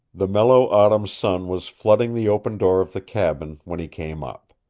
the mellow autumn sun was flooding the open door of the cabin when he came up.